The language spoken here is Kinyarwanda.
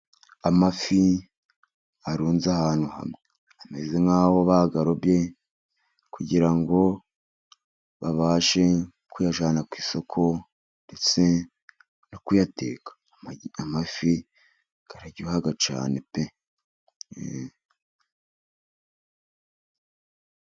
Amafi arunze ahantu hamwe. Ameze nk'aho bayarobye kugira ngo babashe kuyajyana ku isoko, ndetse no kuyateka. Amafi araryoha cyane pe!